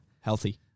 healthy